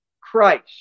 Christ